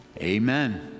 Amen